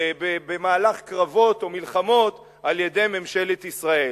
במהלך קרבות או מלחמות על-ידי ממשלת ישראל.